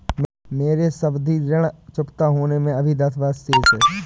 मेरे सावधि ऋण चुकता होने में अभी दस वर्ष शेष है